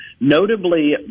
notably